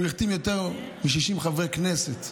הוא החתים יותר מ-60 חברי כנסת,